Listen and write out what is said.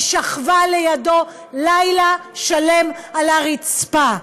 היא שכבה לידו לילה שלם על הרצפה.